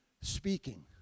speaking